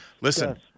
Listen